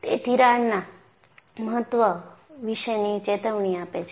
તે તિરાડના મહત્વ વિશેની ચેતવણી આપે છે